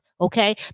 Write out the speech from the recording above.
Okay